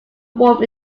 warm